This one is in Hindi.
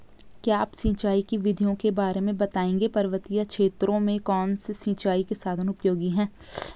क्या आप सिंचाई की विधियों के बारे में बताएंगे पर्वतीय क्षेत्रों में कौन से सिंचाई के साधन उपयोगी हैं?